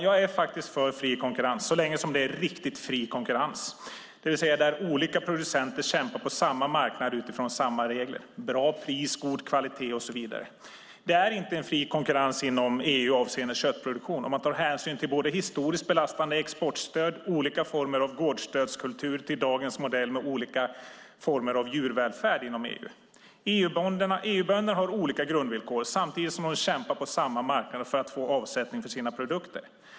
Jag är faktiskt för fri konkurrens, så länge som det är fråga om riktigt fri konkurrens, det vill säga där olika producenter kämpar på samma marknad utifrån samma regler. Det ska vara bra pris, god kvalitet och så vidare. Det är inte en fri konkurrens inom EU avseende köttproduktion om man tar hänsyn till både historiskt belastande exportstöd, olika former av gårdsstödskultur och dagens modell med olika former av djurvälfärd inom EU. EU-bönderna har olika grundvillkor samtidigt som de kämpar på samma marknad för att få avsättning för sina produkter.